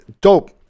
dope